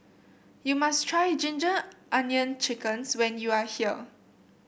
you must try ginger onion chickens when you are here